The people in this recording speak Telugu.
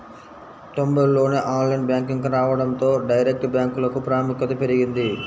తొంబైల్లోనే ఆన్లైన్ బ్యాంకింగ్ రావడంతో డైరెక్ట్ బ్యాంకులకు ప్రాముఖ్యత పెరిగింది